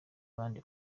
abandi